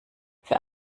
für